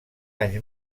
anys